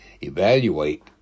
Evaluate